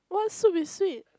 what soup is sweet